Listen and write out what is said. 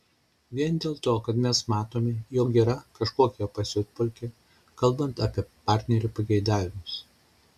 vien dėl to kad mes matome jog yra kažkokia pasiutpolkė kalbant apie partnerių pageidavimus